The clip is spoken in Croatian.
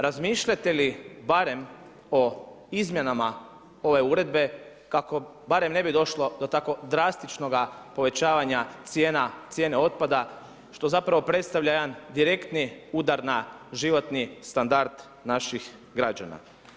Razmišljate li barem o izmjenama ove uredbe kako barem ne bi došlo do tako drastičnoga povećavanja cijene otpada što zapravo predstavlja jedan direktni udar na životni standard naših građana.